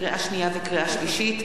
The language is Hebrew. לקריאה שנייה ולקריאה שלישית: